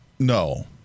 No